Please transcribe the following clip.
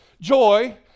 joy